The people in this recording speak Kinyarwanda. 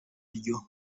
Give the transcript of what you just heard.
ryo